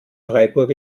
freiburg